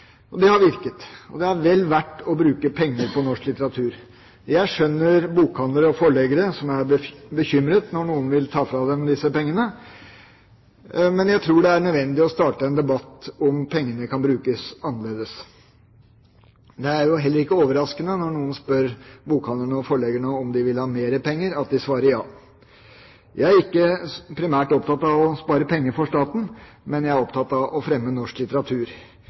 Det har virket. Det er vel verdt å bruke penger på norsk litteratur. Jeg skjønner bokhandlere og forleggere som er bekymret når noen vil ta fra dem disse pengene, men jeg tror det er nødvendig å starte en debatt om pengene kan brukes annerledes. Det er jo heller ikke overraskende at når noen spør bokhandlerne og forleggerne om de vil ha mer penger, så svarer de ja. Jeg er ikke primært opptatt av å spare penger for staten, men jeg er opptatt av å fremme norsk litteratur,